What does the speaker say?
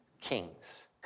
Kings